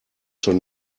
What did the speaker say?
schon